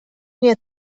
nie